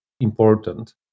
important